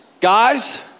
Guys